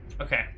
Okay